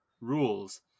rules